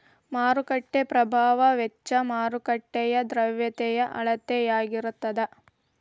ಮಾರುಕಟ್ಟೆ ಪ್ರಭಾವ ವೆಚ್ಚ ಮಾರುಕಟ್ಟೆಯ ದ್ರವ್ಯತೆಯ ಅಳತೆಯಾಗಿರತದ